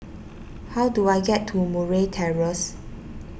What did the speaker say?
how do I get to Murray Terrace